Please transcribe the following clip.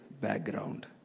background